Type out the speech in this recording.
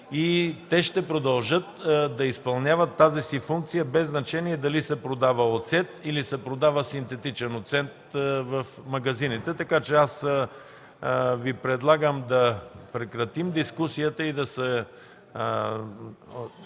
Те ще продължат да изпълняват тази си функция, без значение дали се продава оцет или синтетичен оцет в магазините. Предлагам да прекратим дискусията и да